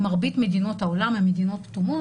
מרבית מדינות העולם הן מדינות כתומות